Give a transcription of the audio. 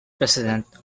president